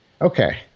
okay